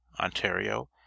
ontario